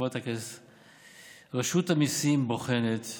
רשות המיסים בוחנת,